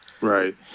right